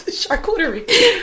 charcuterie